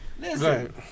Listen